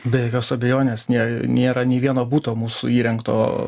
be jokios abejonės nė nėra nei vieno buto mūsų įrengto